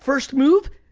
first move,